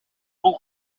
бул